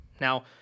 Now